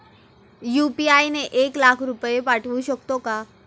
UPI ने एक लाख रुपये पाठवू शकतो का?